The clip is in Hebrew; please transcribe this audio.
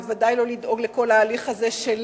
בוודאי לא לדאוג לכל ההליך הזה של